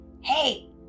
Hey